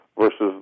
versus